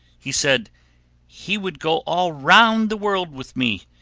he said he would go all round the world with me,